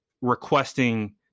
requesting